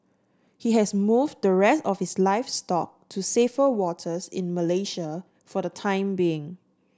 he has moved the rest of his livestock to safer waters in Malaysia for the time being